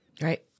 Right